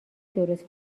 درست